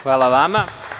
Hvala vama.